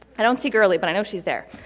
i don't see girley, but i know she's there.